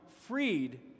freed